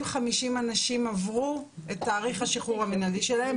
אנשים עברו את תאריך השחרור המינהלי שלהם.